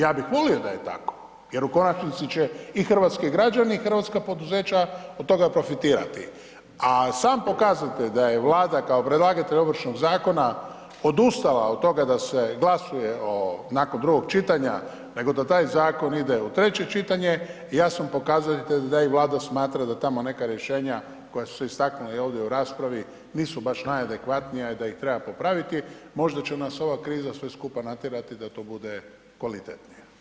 Ja bih volio da je tako jer u konačnici će i hrvatski građani i hrvatska poduzeća od toga profitirati, a sam pokazatelj da je Vlada kao predlagatelj Ovršnog zakona odustala od toga se glasuje o, nakon drugog čitanja nego da taj zakon ide u treće čitanje, jasno pokazuje da i Vlada smatra da tamo neka rješenja koja su se istaknula i ovdje u raspravi nisu baš najadekvatnija i da ih treba popraviti, možda će nas ova kriza sve skupa natjerati da to bude kvalitetnije.